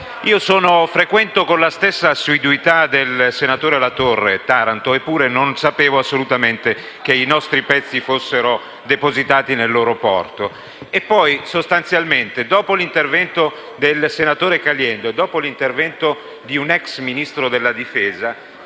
Io frequento Taranto con la stessa assiduità del senatore Latorre, eppure non sapevo assolutamente che i nostri pezzi fossero depositati in quel porto. E poi sostanzialmente, dopo gli interventi del senatore Caliendo e di un ex Ministro della difesa,